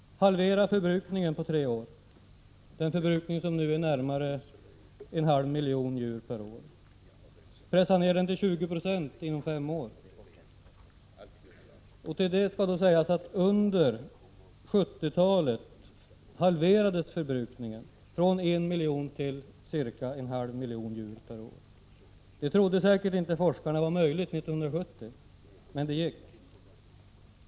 Halvera förbrukningen på tre år. Förbrukningen är nu närmare en halv miljon djur per år. Pressa ner den till 20 26 inom fem år. Till detta skall sägas att förbrukningen under 1970-talet halverades från en miljon till ca en halv miljon djur per år. Det trodde säkert inte forskarna var möjligt 1970, men det gick.